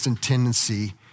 tendency